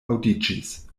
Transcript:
aŭdiĝis